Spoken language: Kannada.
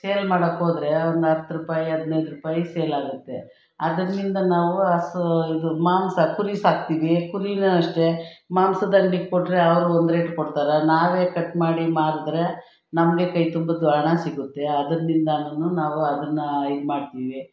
ಸೇಲ್ ಮಾಡೋಕೋದ್ರೆ ಒಂದು ಹತ್ ರೂಪಾಯಿ ಹದಿನೈದು ರೂಪಾಯಿ ಸೇಲಾಗುತ್ತೆ ಅದರಿಂದ ನಾವು ಹಸು ಇದು ಮಾಂಸ ಕುರಿ ಸಾಕ್ತೀವಿ ಕುರಿನು ಅಷ್ಟೇ ಮಾಂಸದಂಗ್ಡಿಗೆ ಕೊಟ್ಟರೆ ಅವರು ಒಂದು ರೇಟ್ ಕೊಡ್ತಾರೆ ನಾವೇ ಕಟ್ ಮಾಡಿ ಮಾರಿದ್ರೆ ನಮಗೆ ಕೈ ತುಂಬ ದು ಹಣ ಸಿಗುತ್ತೆ ಅದರಿಂದಾನು ನಾವು ಅದನ್ನ ಇಡ್ಮಾಡ್ತೀವಿ